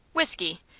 whiskey,